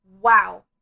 Wow